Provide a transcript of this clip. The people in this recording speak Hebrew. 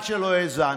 חבל שלא האזנת.